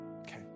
Okay